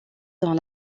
dans